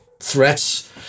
threats